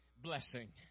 blessing